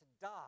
die